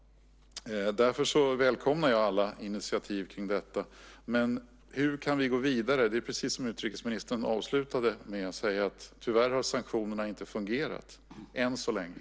Därför välkomnar jag alla initiativ kring detta. Men hur kan vi gå vidare? Det är precis som utrikesministern avslutade med att säga, nämligen att tyvärr har sanktionerna än så länge inte fungerat.